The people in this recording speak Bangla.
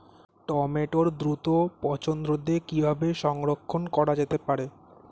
টমেটোর দ্রুত পচনরোধে কিভাবে সংরক্ষণ করা যেতে পারে?